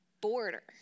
border